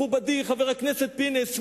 מכובדי חבר הכנסת פינס,